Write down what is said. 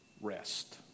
rest